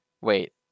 Wait